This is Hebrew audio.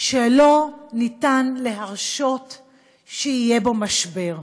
שלא ניתן להרשות שיהיה בו משבר.